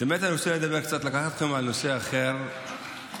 שאני רוצה לדבר קצת ולקחת אתכם לנושא אחר לגמרי.